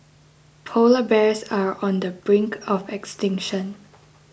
Polar Bears are on the brink of extinction